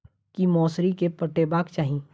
की मौसरी केँ पटेबाक चाहि?